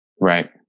Right